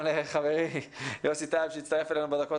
אני מודה גם לחברי יוסף טייב שהצטרף אלינו בדקות